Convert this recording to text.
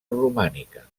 romànica